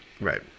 Right